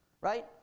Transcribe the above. right